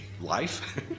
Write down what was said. life